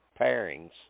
pairings